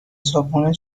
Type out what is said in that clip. صبحونه